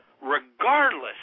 regardless